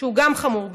שהוא גם חמור בעיניי,